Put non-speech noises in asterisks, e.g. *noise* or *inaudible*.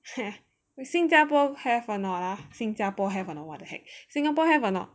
*noise* 新加坡 have or not ah 新加坡 have or not what the heck Singapore have or not